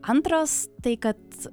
antras tai kad